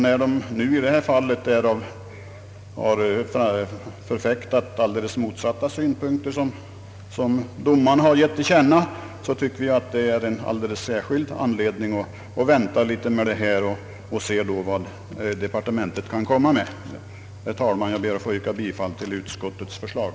När dessa senare i detta fall har förfäktat synpunkter som är rakt motsatta dem domarkåren har givit till känna, tycker jag att det är en alldeles särskild anledning att vänta och se vilket förslag departementet kan komma med. Herr talman! Jag ber att få yrka bifall till utskottets förslag.